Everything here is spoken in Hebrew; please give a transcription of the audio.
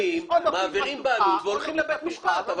מעבירים בעלות - והולכים לבית משפט.